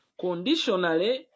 conditionally